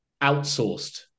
outsourced